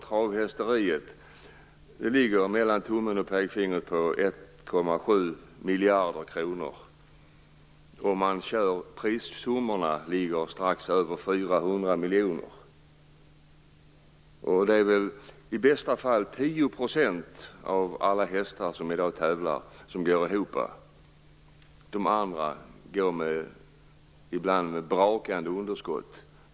Travhästbranschen ligger på ca 1,7 miljarder kronor. Prissummorna ligger strax över 400 miljoner kronor. Det är väl i bästa fall 10 % av alla hästar som tävlar i dag som går ihop. De andra går ibland med ett brakande underskott.